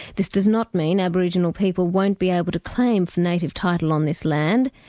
this does not mean aboriginal people won't be able to claim for native title on this land,